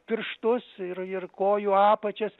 pirštus ir ir kojų apačias